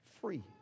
free